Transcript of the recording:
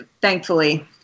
thankfully